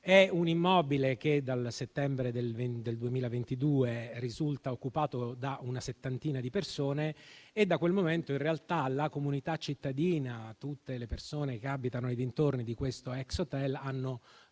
di un immobile che dal settembre 2022 risulta occupato da una settantina di persone. Da quel momento la comunità cittadina e tutte le persone che abitano nei dintorni dell'ex hotel hanno